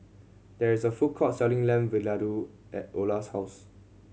there is a food court selling Lamb Vindaloo at Ola's house